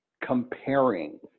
comparing